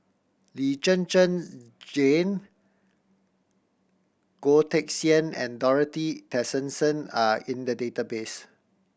Lee Zhen Zhen Jane Goh Teck Sian and Dorothy Tessensohn are in the database